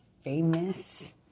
famous